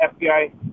FBI